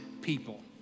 people